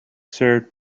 served